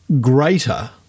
greater